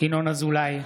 ינון אזולאי,